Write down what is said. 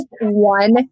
one